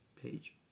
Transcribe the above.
page